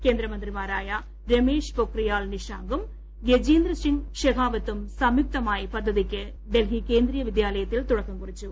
കേന്ദ്രമന്ത്രിമാരായ രമേഷ് പൊഖ്റയാൽ നിഷാങ്കും ഗജേന്ദ്ര സിംഗ് ഷെഖാവത്തും സംയുക്തമായി പദ്ധതിക്ക് ഡൽഹി കേന്ദ്രീയവിദ്യാലയത്തിൽ തുടക്കം കുറിച്ചു